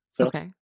Okay